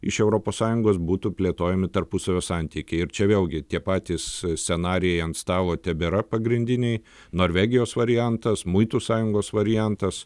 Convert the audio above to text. iš europos sąjungos būtų plėtojami tarpusavio santykiai ir čia vėlgi tie patys scenarijai ant stalo tebėra pagrindiniai norvegijos variantas muitų sąjungos variantas